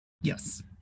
Yes